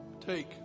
Take